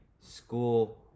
school